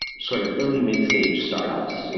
sort of early mid-stage startups,